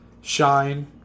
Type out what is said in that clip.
shine